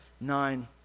nine